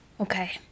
Okay